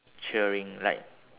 cheering like